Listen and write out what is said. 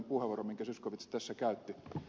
zyskowicz tässä käytti